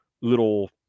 little